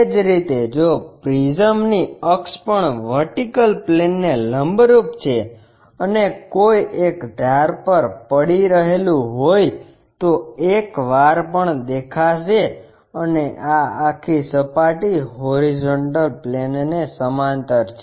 એ જ રીતે જો પ્રિઝમની અક્ષ પણ વર્ટિકલ પ્લેનને લંબરૂપ છે અને કોઈ એક ધાર પર પડી રહેલું હોય તો એક વાર પણ દેખાશે અને આ આખી સપાટી હોરીઝોન્ટલ પ્લેન ને સમાંતર છે